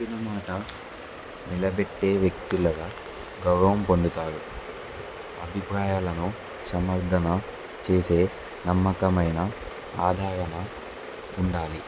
తినమాట నిలబెట్టే వ్యక్తులుగా గౌరవం పొందుతాారు అభిప్రాయాలను సమర్థన చేసే నమ్మకమైన ఆదాారణ ఉండాలి